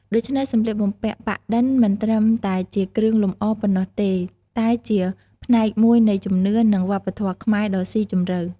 ដូច្នេះ សម្លៀកបំពាក់ប៉ាក់-ឌិន មិនត្រឹមតែជាគ្រឿងលម្អប៉ុណ្ណោះទេ តែជាផ្នែកមួយនៃជំនឿ និងវប្បធម៌ខ្មែរដ៏ស៊ីជម្រៅ។